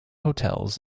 hotels